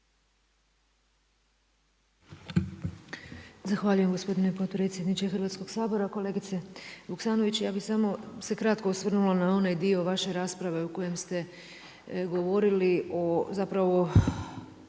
Zahvaljujem gospodine potpredsjedniče Hrvatskoga sabora. Kolegice Vuksanović, ja bih samo se kratko osvrnula na onaj dio vaše rasprave u kojem ste govorili o, zapravo